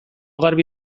garbi